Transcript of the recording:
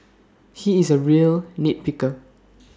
he is A real nit picker